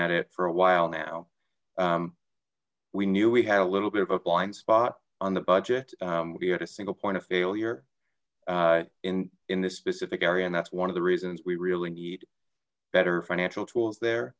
at it for a while now we knew we had a little bit of a blind spot on the budget we had a single point of failure in in this specific area and that's one of the reasons we really need better financial tools there